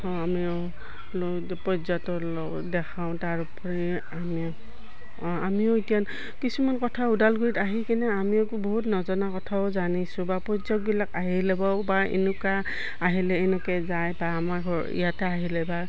আমিও লৈ পৰ্যটক দেখাওঁ তাৰোপৰি আমি আমিও এতিয়া কিছুমান কথা ওদালগুৰিত আহি কিনে আমিও বহুত নজনা কথাও জানিছোঁ বা পৰ্যটকবিলাক আহিলেও বা এনেকুৱা আহিলে এনেকৈ যায় বা আমাৰ ঘৰ ইয়াতে আহিলে বা